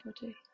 body